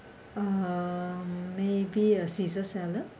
um maybe a caesar salad